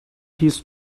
his